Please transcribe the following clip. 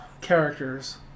characters